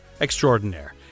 extraordinaire